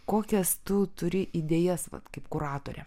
kokias tu turi idėjas vat kaip kuratorė